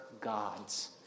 gods